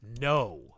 no